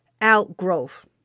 outgrowth